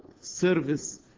service